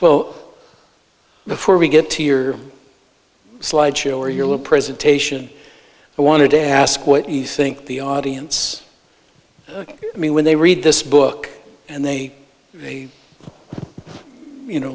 well before we get here slideshow or your little presentation i wanted to ask what you think the audience i mean when they read this book and they say you know